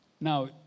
Now